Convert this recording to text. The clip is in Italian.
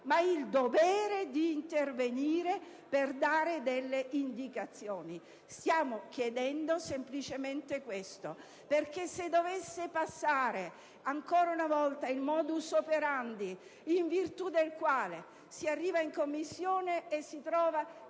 ma il dovere di intervenire per dare delle indicazioni. Stiamo chiedendo semplicemente questo. Perché se dovesse passare, ancora una volta, il *modus operandi* in virtù del quale si arriva in Commissione e si trova